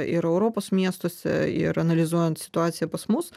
ir europos miestuose ir analizuojant situaciją pas mus